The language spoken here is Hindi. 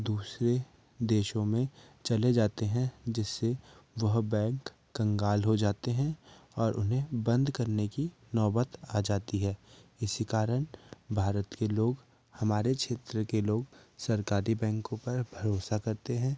दूसरे देशों में चले जाते हैं जिससे वह बैंक कंगाल हो जाते हैं और उन्हें बंद करने कि नौबत आ जाती है इसी कारण भारत के लोग हमारे क्षेत्र के लोग सरकारी बैंकों पर भरोसा करते हैं